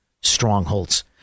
strongholds